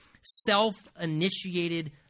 self-initiated